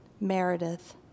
Meredith